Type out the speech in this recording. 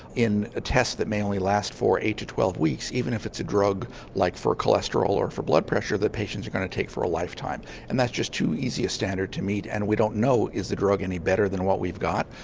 in a test that may only last for eight to twelve weeks, even if it's a drug like for cholesterol or for blood pressure that patients are going to take for a lifetime. and that's just too easy a standard to meet and we don't know is the drug any better than what we've got?